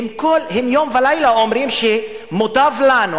הם יום ולילה אומרים: מוטב לנו,